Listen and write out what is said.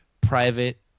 private